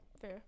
Fair